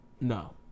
No